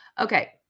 Okay